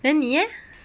then 你 eh